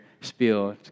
spiel